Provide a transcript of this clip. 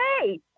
hey